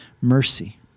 mercy